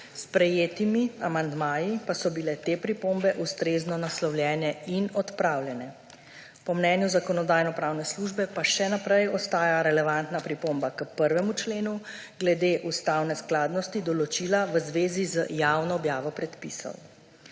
s sprejetimi amandmaji pa so bile te pripombe ustrezno naslovljene in odpravljene. Po mnenju Zakonodajno-pravne službe pa še naprej ostaja relevantna pripomba k 1. členu glede ustavne skladnosti določila v zvezi z javno objavo predpisov.